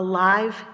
Alive